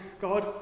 God